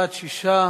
בעד, 6,